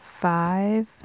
five